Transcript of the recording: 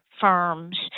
firms